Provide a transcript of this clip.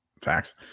Facts